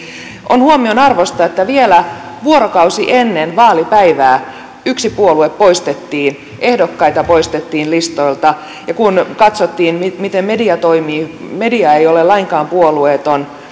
on huomionarvoista että vielä vuorokausi ennen vaalipäivää yksi puolue poistettiin ehdokkaita poistettiin listoilta ja kun katsottiin miten media toimii niin media ei ole lainkaan puolueeton